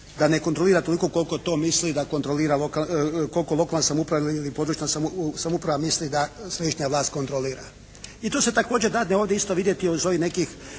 koliko to misli da, koliko lokalna samouprava ili područna samouprava misli da središnja vlast kontrolira i to se također dadne ovdje isto vidjeti iz ovih nekih